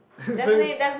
says